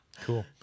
Cool